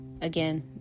again